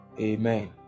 Amen